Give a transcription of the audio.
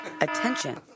Attention